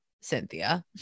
Cynthia